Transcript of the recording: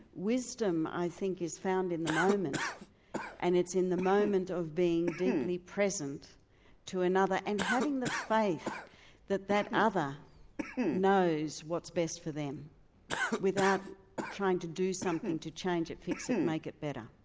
wisdom i think is found in the moment and it's in the moment of being deeply present to another and having the faith that that other knows what's best for them without trying to do something to change it, fix it, make it better.